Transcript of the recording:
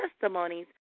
testimonies